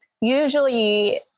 Usually